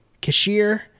cashier